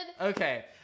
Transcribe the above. Okay